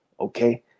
okay